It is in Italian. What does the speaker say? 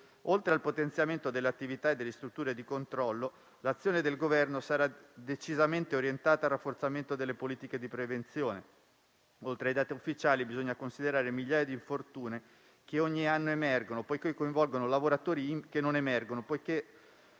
Oltre al potenziamento delle attività e delle strutture di controllo, l'azione del Governo sarà decisamente orientata al rafforzamento delle politiche di prevenzione. Oltre ai dati ufficiali, bisogna considerare migliaia di infortuni che non emergono, poiché coinvolgono lavoratori invisibili, impiegati